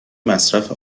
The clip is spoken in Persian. مصرف